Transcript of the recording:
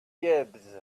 cubes